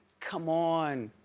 come on.